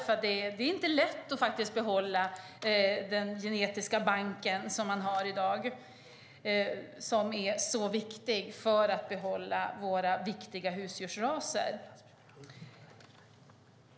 Det är faktiskt inte lätt att behålla den genetiska bank som man har i dag och som är viktig för att vi ska kunna behålla våra viktiga husdjursraser.